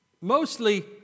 Mostly